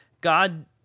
God